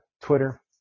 Twitter